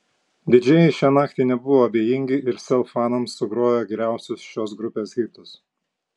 didžėjai šią naktį nebuvo abejingi ir sel fanams sugrojo geriausius šios grupės hitus